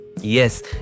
Yes